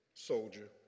soldier